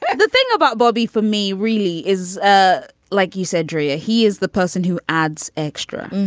but the thing about bobby for me really is ah like you said drea he is the person who adds extra.